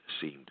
seemed